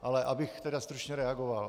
Ale abych tedy stručně reagoval.